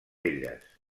elles